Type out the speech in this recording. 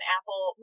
Apple